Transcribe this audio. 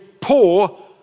poor